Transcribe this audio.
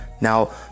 Now